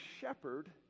shepherd